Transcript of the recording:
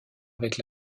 avec